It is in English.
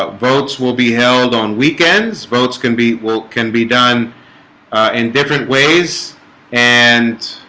but votes will be held on weekends votes can be will can be done in different ways and